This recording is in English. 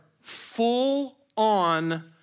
full-on